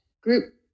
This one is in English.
group